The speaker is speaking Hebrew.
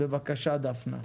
בבקשה, דפנה.